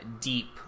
deep